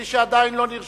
מי שעדיין לא נרשם,